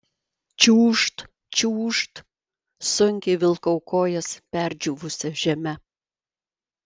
čiūžt čiūžt sunkiai vilkau kojas perdžiūvusia žeme